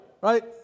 Right